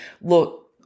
look